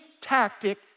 tactic